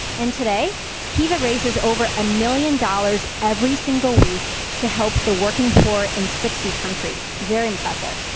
and today kiva raises over a million dollars every single week to help the working poor in sixty countries, very impressive.